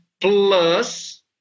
plus